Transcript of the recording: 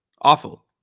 awful